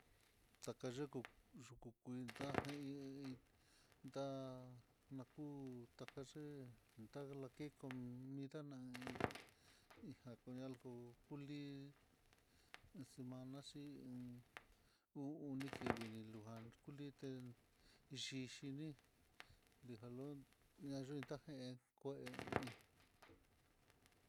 Taka yuku, yuku kuin ta ji hi i ndana ku'ú takayé talaken comida na'i, ijan kuñalgo kuli'i semana xion uu oni kivii nilujan kulitén yixhini lijalun ñayeta uein.